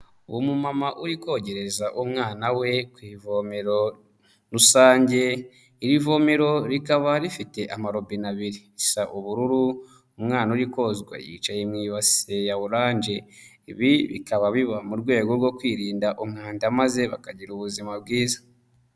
Uwo mumama uri kogereza umwana we ku ivomero rusange irivomero rikaba rifite amarobine abiri risa ubururu, umwana uri kozwa yicaye mu ibase ya oranje, ibi bikaba biba mu rwego rwo kwirinda umwanda maze bakagira ubuzima bwiza.